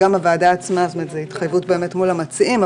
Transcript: אבל זו התחייבות מול המציעים.